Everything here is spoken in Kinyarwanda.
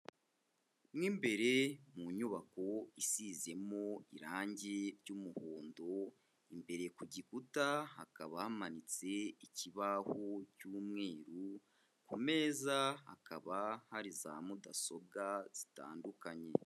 Mo imbere mu nyubako isizemo irangi ry'umuhondo, imbere ku gikuta hakaba hamanitse ikibaho cy'umweru, ku meza hakaba hari za mudasobwa zitandukanye.